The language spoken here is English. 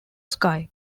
sky